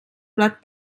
plat